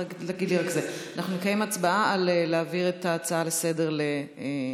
אנחנו נקיים הצבעה על להעביר את ההצעה לסדר-היום